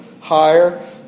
higher